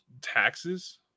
taxes